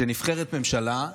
כשנבחרת ממשלה,